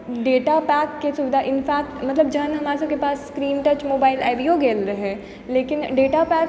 data पैकके सुविधा in fact मतलब जहन हमरा सबके पास स्क्रीन टच मोबाइल आबियो गेल रहय लेकिन डेटा पैक